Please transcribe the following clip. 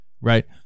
Right